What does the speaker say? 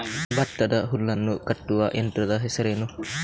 ಭತ್ತದ ಹುಲ್ಲನ್ನು ಕಟ್ಟುವ ಯಂತ್ರದ ಹೆಸರೇನು?